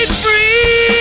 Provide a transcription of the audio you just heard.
free